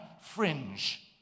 fringe